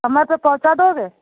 कमरे पर पहुँचा दोगे